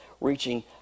reaching